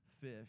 fish